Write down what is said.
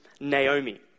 Naomi